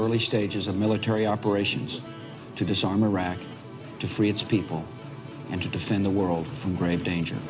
early stages of military operations to disarm iraq to free its people and to defend the world from grave danger